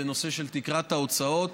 זה הנושא של תקרת ההוצאות.